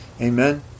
amen